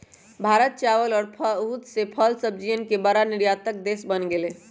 भारत चावल और बहुत से फल सब्जियन के बड़ा निर्यातक देश बन गेलय